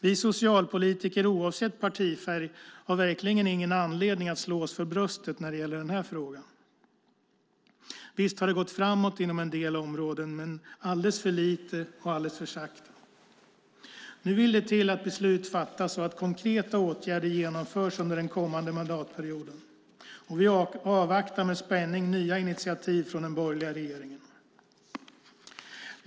Vi socialpolitiker, oavsett partifärg, har verkligen ingen anledning att slå oss för bröstet när det gäller denna fråga. Visst har det gått framåt inom en del områden, men alldeles för lite och alldeles för sakta. Nu vill det till att beslut fattas och att konkreta åtgärder genomförs under den kommande mandatperioden. Vi avvaktar med spänning nya initiativ från den borgerliga regeringen.